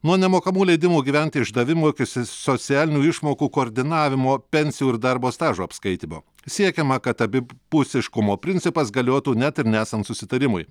nuo nemokamų leidimų gyventi išdavimo iki ss socialinių išmokų koordinavimo pensijų ir darbo stažo apskaitymo siekiama kad abipusiškumo principas galiotų net ir nesant susitarimui